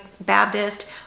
Baptist